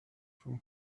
from